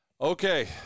Okay